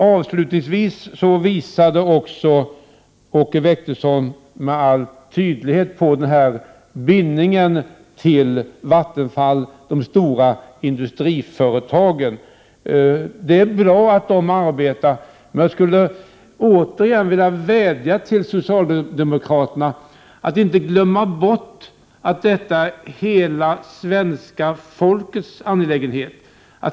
Avslutningsvis visade Åke Wictorsson med all tydlighet på bindningen till Vattenfall och de stora industriföretagen. Det är bra att de arbetar. Men jag skulle återigen vilja vädja till socialdemokraterna att inte glömma bort att detta är hela svenska folkets angelägenhet.